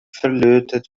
verlötet